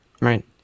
Right